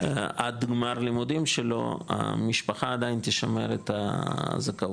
עד גמר לימודים שלו, המשפחה עדיין תשמר את הזכאות.